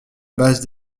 base